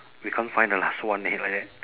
we can't find the last one leh like that